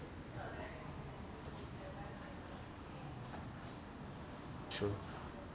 true